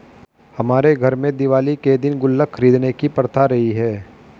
हमारे घर में दिवाली के दिन गुल्लक खरीदने की प्रथा रही है